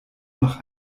nach